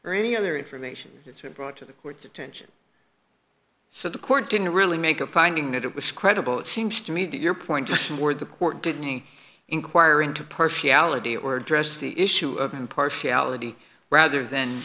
or any other information that's were brought to the court's attention so the court didn't really make a finding that it was credible it seems to me to your point just more the court did me inquire into partiality or address the issue of impartiality rather than